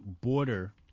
border